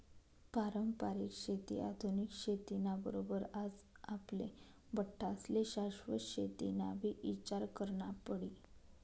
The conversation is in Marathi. पारंपरिक शेती आधुनिक शेती ना बरोबर आज आपले बठ्ठास्ले शाश्वत शेतीनाबी ईचार करना पडी